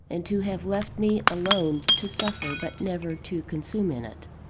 and to have left me alone to suffer, but never to consume in it.